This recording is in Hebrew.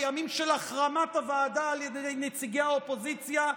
בימים של החרמת הוועדה על ידי נציגי האופוזיציה,